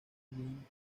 green